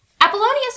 Apollonius